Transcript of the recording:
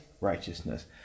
righteousness